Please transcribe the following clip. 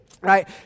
Right